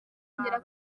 kongera